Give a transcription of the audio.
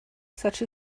such